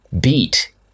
Beat